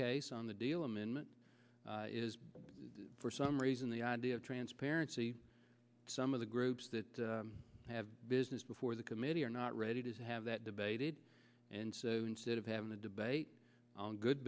case on the deal amendment is for some reason the idea of transparency some of the groups that have business before the committee are not ready to have that debated and instead of having a debate on good